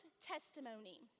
testimony